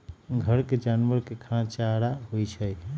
घर के जानवर के खाना चारा होई छई